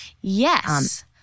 Yes